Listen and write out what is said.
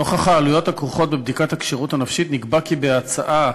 נוכח העלויות הכרוכות בבדיקת הכשירות הנפשית נקבע בהצעה